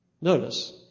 notice